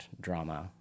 drama